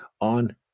on